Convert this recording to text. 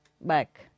back